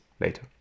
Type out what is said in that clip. later